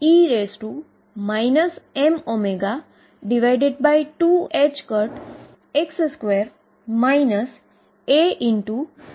હવે જો હુ આ સમીકરણ મા થોડી ફેર બદલી કરુ તો 22md2dx2VψEψ સમીકરણ મને મળે છે